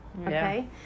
okay